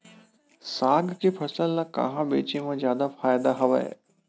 साग के फसल ल कहां बेचे म जादा फ़ायदा हवय?